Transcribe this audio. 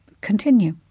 continue